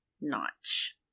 Notch